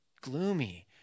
gloomy